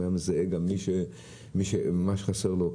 הוא היה מזהה גם מי שממש חסר לו.